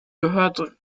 gehört